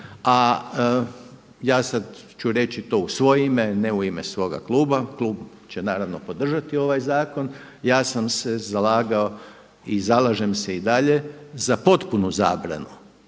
a ja sada ću reći to u svoje ime a ne u ime svoga kluba, klub će naravno podržati ovaj zakon. Ja sam se zalagao i zalažem se i dalje za potpunu zabranu